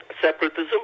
separatism